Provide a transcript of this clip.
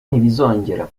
ntibizongera